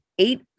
eight